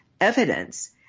evidence